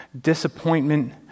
disappointment